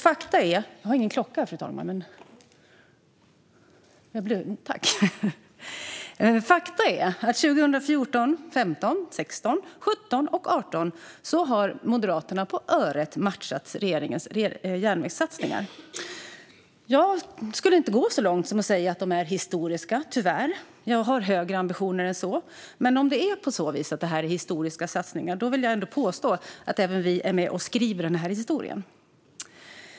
Faktum är att Moderaterna 2014, 2015, 2016, 2017 och 2018 på öret har matchat regeringens järnvägssatsningar. Jag skulle inte gå så långt som till att säga att de är historiska, tyvärr. Jag har högre ambitioner än så. Men om detta verkligen är historiska satsningar vill jag ändå påstå att även vi är med och skriver historien.